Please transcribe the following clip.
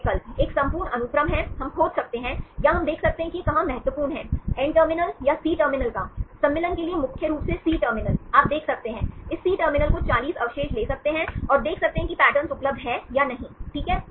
2 विकल्प एक संपूर्ण अनुक्रम है हम खोज सकते हैं या हम देख सकते हैं कि यह कहाँ महत्वपूर्ण है एन टर्मिनल या सी टर्मिनल का सम्मिलन के लिए मुख्य रूप से सी टर्मिनल आप देख सकते हैं इस सी टर्मिनल को चालीस अवशेष ले सकते हैं और देख सकते हैं कि पैटर्न उपलब्ध है या नहीं ठीक है